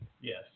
Yes